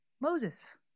Moses